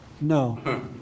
No